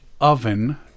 oven